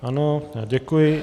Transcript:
Ano, děkuji.